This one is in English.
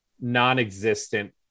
non-existent